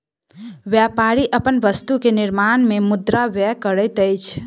व्यापारी अपन वस्तु के निर्माण में मुद्रा व्यय करैत अछि